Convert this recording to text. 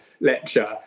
lecture